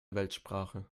weltsprache